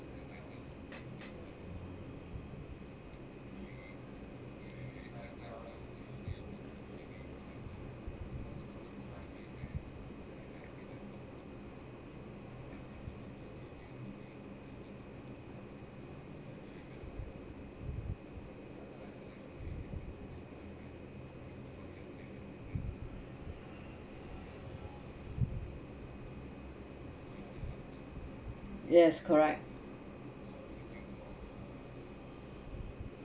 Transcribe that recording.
yes correct